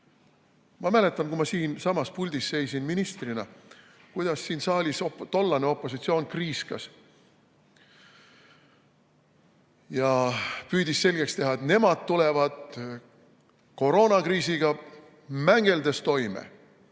mäletan, kui ma siinsamas puldis ministrina seisin, kuidas siin saalis tollane opositsioon kriiskas ja püüdis selgeks teha, et nemad tuleksid koroonakriisiga mängeldes toime.